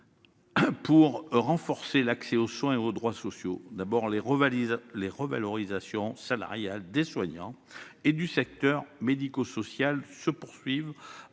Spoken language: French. pour renforcer l'accès aux soins et aux droits sociaux. Les revalorisations salariales des soignants et du secteur médico-social se poursuivent,